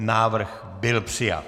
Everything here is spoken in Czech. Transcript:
Návrh byl přijat.